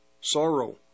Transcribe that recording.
sorrow